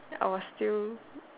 I was still